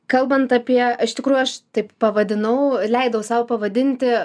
kalbant apie iš tikrųjų aš taip pavadinau leidau sau pavadinti